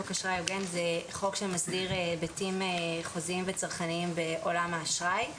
חוק אשראי הוגן זה חוק שמסדיר היבטים חוזיים וצרכניים בעולם האשראי.